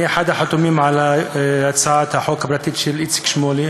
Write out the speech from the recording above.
אני אחד החתומים על הצעת החוק הפרטית של איציק שמולי,